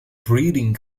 breeding